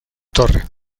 torre